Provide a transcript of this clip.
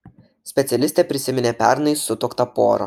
specialistė prisiminė pernai sutuoktą porą